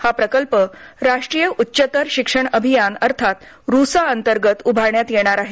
हा प्रकल्प राष्ट्रीय उच्चतर शिक्षण अभियान अर्थात रुसा अंतर्गत उभारण्यात येणार आहे